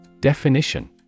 Definition